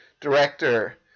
director